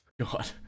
God